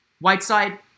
Whiteside